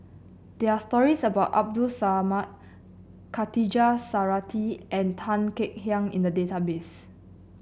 there are stories about Abdul Samad Khatijah Surattee and Tan Kek Hiang in the database